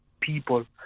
people